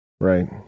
right